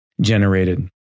generated